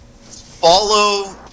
follow